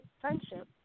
friendship